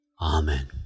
Amen